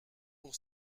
pour